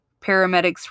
Paramedics